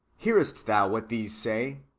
hearest thou what these say?